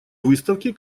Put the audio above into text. выставки